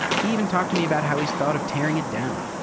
he even talked to me about how he's thought of tearing it down.